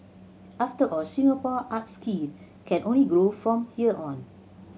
after all Singapore art scene can only grow from here on